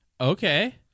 Okay